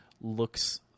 looks